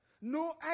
no